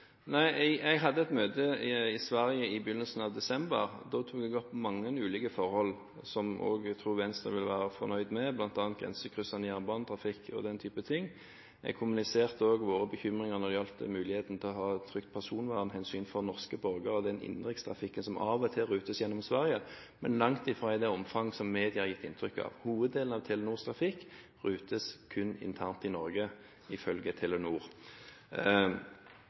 Jeg hadde et møte i Sverige i begynnelsen av desember, og da tok jeg opp mange ulike forhold som jeg også tror Venstre vil være fornøyd med, bl.a. grensekryssende jernbanetrafikk og den type ting. Jeg kommuniserte også våre bekymringer når det gjaldt muligheten for å trygge personvernhensynet for norske borgere i den innenrikstrafikken som av og til rutes gjennom Sverige, men langt fra i det omfang som media har gitt inntrykk av. Hoveddelen av Telenors trafikk rutes kun internt i Norge, ifølge Telenor.